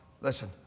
Listen